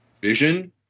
vision